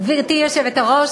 גברתי היושבת-ראש,